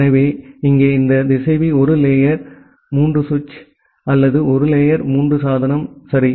எனவே இங்கே இந்த திசைவி ஒரு லேயர் 3 சுவிட்ச் அல்லது ஒரு லேயர் 3 சாதனம் சரி